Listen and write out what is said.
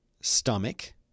stomach